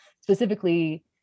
specifically